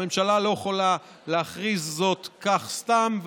הממשלה לא יכולה להכריז זאת כך סתם,